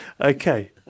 Okay